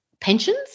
pensions